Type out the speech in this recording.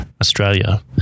Australia